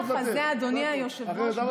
השיח הזה, אדוני היושב-ראש, הרי למה צריך לחוקק?